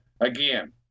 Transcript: again